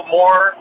more